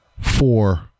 four